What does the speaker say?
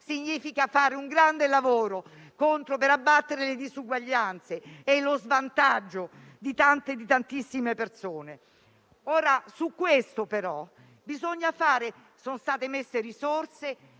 significa fare un grande lavoro per abbattere le disuguaglianze e lo svantaggio di tantissime persone. Su questo fronte sono state